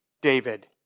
David